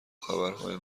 خبرهای